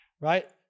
right